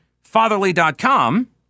fatherly.com